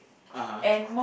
(uh huh)